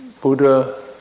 Buddha